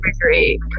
great